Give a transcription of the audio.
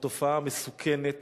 התופעה המסוכנת